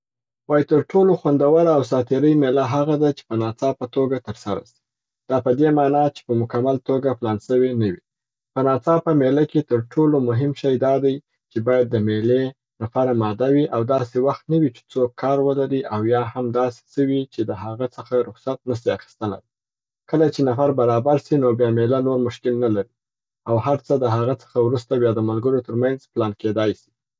وایي تر ټولو خوندوره او ساعتیری میله هغه ده چې په ناڅاپه توګه تر سره سي. دا په دې معنا چې په مکمل توګه پلان سوې نه وي. په ناڅاپه میله کې تر ټولو مهم شی دا دی چې باید د میلې نفر اماده وي او داسي وخت نه وي چې څوک کار ولري او یا هم داسي څه وي چې د هغه څخه رخصت نه سي اخیستلای. کله چې نفر برابر سي نو بیا میله نور مشکل نلري او هر څه د هغه څخه وروسته بیا د ملګرو تر منځ پلان کیدای سي.